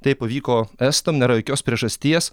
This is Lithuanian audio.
tai pavyko estam nėra jokios priežasties